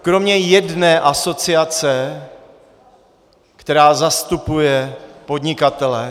Kromě jedné asociace, která zastupuje podnikatele.